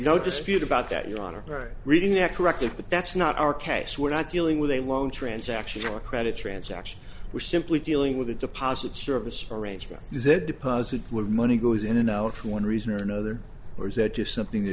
no dispute about that you are right reading that correctly but that's not our case we're not dealing with a long transaction or credit transaction we're simply dealing with a deposit service arrangement is that deposit money goes in and out for one reason or another or is that just something to